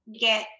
get